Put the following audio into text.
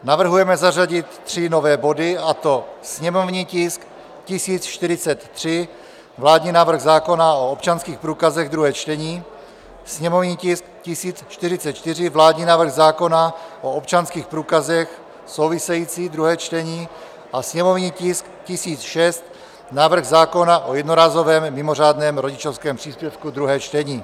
Navrhujeme zařadit tři nové body, a to sněmovní tisk 1043, vládní návrh zákona o občanských průkazech, druhé čtení, sněmovní tisk 1044, vládní návrh zákona o občanských průkazech související, druhé čtení, a sněmovní tisk 1006, návrh zákona o jednorázovém mimořádném rodičovském příspěvku, druhé čtení.